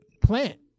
plant